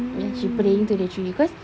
then she praying to the tree because